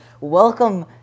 welcome